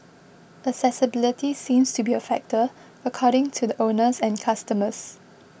accessibility seems to be a factor according to the owners and customers